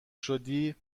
شدی